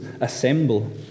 assemble